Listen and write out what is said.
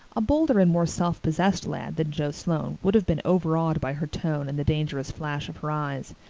a bolder and more self-possessed lad than joe sloane would have been overawed by her tone and the dangerous flash of her eyes.